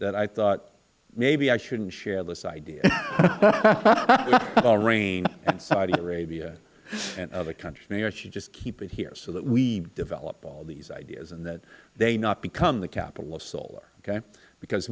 that i thought maybe i shouldn't share this idea with bahrain and saudi arabia and other countries maybe i should just keep it here so that we develop all these ideas and that they not become the capital of solar okay because